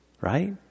right